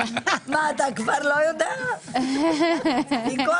22. מי בעד, מי נגד, מי נמנע?